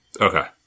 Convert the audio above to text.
okay